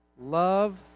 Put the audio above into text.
love